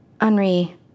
Henri